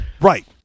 Right